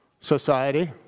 society